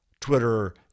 Twitter